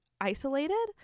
isolated